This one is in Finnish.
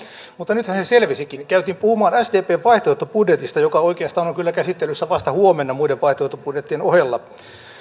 mutta nythän se selvisikin käytiin puhumaan sdpn vaihtoehtobudjetista joka oikeastaan kyllä on käsittelyssä vasta huomenna muiden vaihtoehtobudjettien ohella